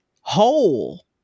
whole